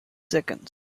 seconds